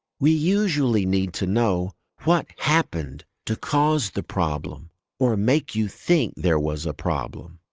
we usually need to know what happened to cause the problem or make you think there was a problem.